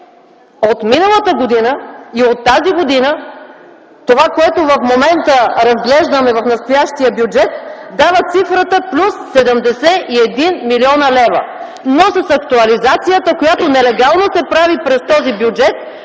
от миналата година и от тази година това, което в момента разглеждаме в настоящия бюджет, дава цифрата плюс 71 млн. лв., но с актуализацията, която нелегално се прави през този бюджет,